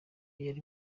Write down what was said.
yari